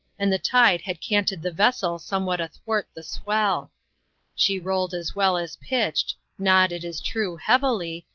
and the tide had canted the vessel somewhat athwart the swell she rolled as well as pitched, not, it is true, heavily,